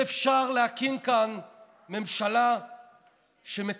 שאפשר להקים כאן ממשלה שמתפקדת,